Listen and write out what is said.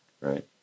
right